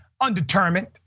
undetermined